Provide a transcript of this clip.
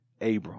Abram